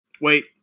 Wait